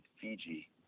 Fiji